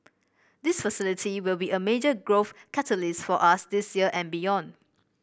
this facility will be a major growth catalyst for us this year and beyond